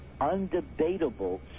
undebatable